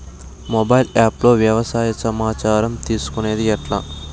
Mobile app లో వ్యవసాయ సమాచారం తీసుకొనేది ఎట్లా?